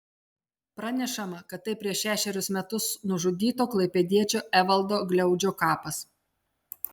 pranešama kad tai prieš šešerius metus nužudyto klaipėdiečio evaldo gliaudžio kapas